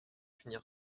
finir